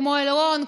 כמו אלרון,